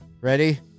ready